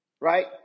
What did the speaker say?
Right